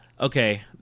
Okay